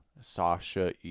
Sasha